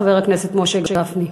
חבר הכנסת משה גפני.